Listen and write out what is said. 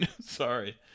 Sorry